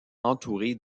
entourée